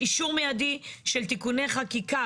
אישור מיידי של תיקוני חקיקה,